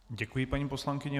Děkuji, paní poslankyně.